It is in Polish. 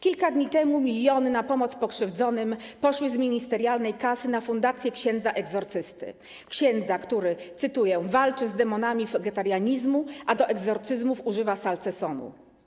Kilka dni temu miliony, które mogłyby być przeznaczone na pomoc pokrzywdzonym, poszły z ministerialnej kasy na fundację księdza egzorcysty, księdza, który, cytuję, walczy z demonami wegetarianizmu, a do egzorcyzmów używa salcesonu.